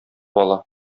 ала